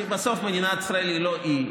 כי בסוף מדינת ישראל היא לא אי,